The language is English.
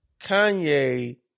Kanye